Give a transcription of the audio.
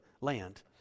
land